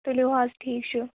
تُلِو حظ ٹھیٖک چھُ